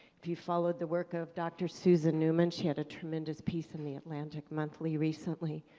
if you follow the work of dr. susan newman, she had a tremendous piece in the atlantic monthly recently.